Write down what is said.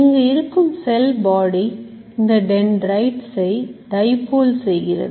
இங்கு இருக்கும் cell body இந்த dendrites ஐ dipole செய்கிறது